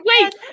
wait